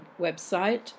website